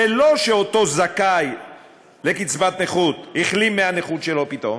זה לא שאותו זכאי לקצבת נכות החלים מהנכות שלו פתאום,